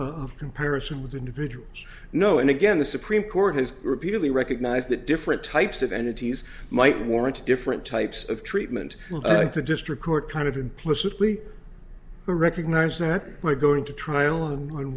of comparison with individuals no and again the supreme court has repeatedly recognized that different types of entities might warrant different types of treatment at the district court kind of implicitly recognize that by going to trial and on